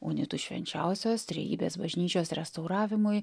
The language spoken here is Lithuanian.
unitų švenčiausios trejybės bažnyčios restauravimui